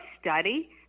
study